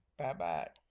Bye-bye